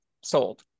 sold